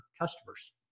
customers